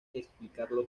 explicarlo